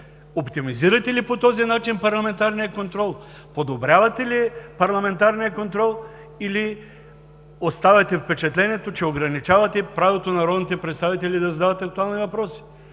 Оптимизирате ли по този начин парламентарния контрол, подобрявате ли парламентарния контрол или оставяте впечатлението, че ограничавате правото народните представители да задават актуални въпроси?